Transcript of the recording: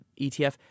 ETF